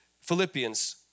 Philippians